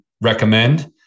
recommend